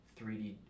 3D